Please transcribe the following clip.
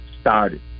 started